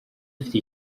mfite